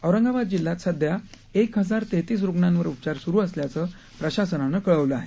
औरंगाबाद जिल्ह्यात सध्या एक हजार तेहतीस रुग्णांवर उपचार सुरू असल्याचं प्रशासनानं कळवलं आहे